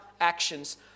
actions